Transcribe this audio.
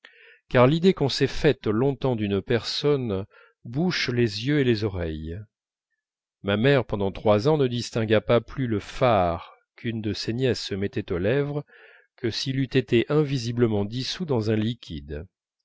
car l'idée qu'on s'est faite longtemps d'une personne bouche les yeux et les oreilles ma mère pendant trois ans ne distingua pas plus le fard qu'une de ses nièces se mettait aux lèvres que s'il eût été invisiblement entièrement dissous dans un liquide